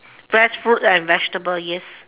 fresh fruit and vegetable yes